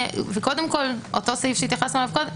וקודם כל אותו סעיף שהתייחסנו אליו קודם,